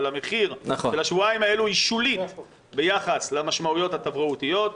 אבל המחיר של השבועיים האלה הוא שולי ביחס למשמעויות הבריאותיות.